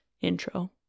intro